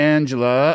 Angela